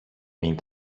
μην